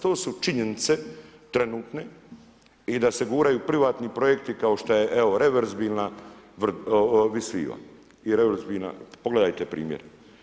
To su činjenice trenutne i da se guraju privatni projekti kao što je evo reversibilna Vis viva i reversibilna, pogledajte primjer.